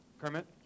Kermit